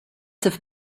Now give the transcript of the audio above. have